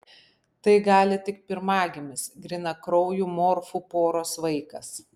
tai gali tik pirmagimis grynakraujų morfų poros vaikas